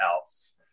else